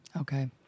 okay